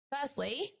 Firstly